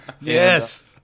Yes